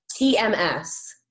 TMS